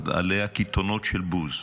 כהניסטים, אין אחדות עם גזענים.